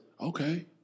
Okay